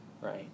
right